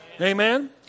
Amen